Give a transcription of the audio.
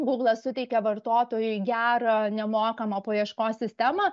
guglas suteikia vartotojui gerą nemokamą paieškos sistemą